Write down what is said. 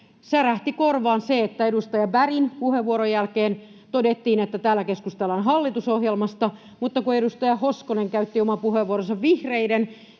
Särähti korvaan se, että edustaja Bergin puheenvuoron jälkeen todettiin, että täällä keskustellaan hallitusohjelmasta, mutta kun edustaja Hoskonen käytti oman puheenvuoronsa vihreille